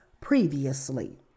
previously